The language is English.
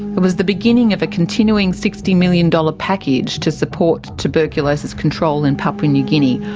it was the beginning of a continuing sixty million dollars package to support tuberculosis control in papua new guinea,